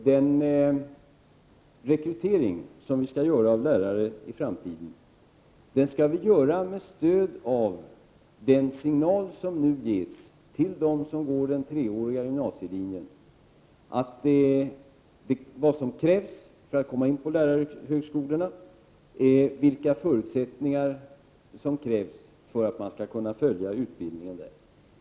Den rekrytering som vi skall göra av lärare i framtiden skall vi göra med stöd av den signal som nu ges till dem som går den treåriga gymnasielinjen om vad som krävs för att komma in på lärarhögskolorna, vilka förutsättningar som gäller för att man skall kunna följa utbildningen där.